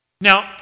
Now